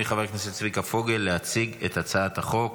חבר הכנסת צביקה פוגל להציג את הצעת החוק.